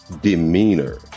demeanor